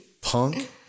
Punk